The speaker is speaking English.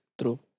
True